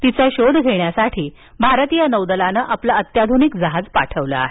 तिचा शोध घेण्यासाठी भारतीय नौदलानं आपलं अत्याधुनिक जहाज पाठवलं आहे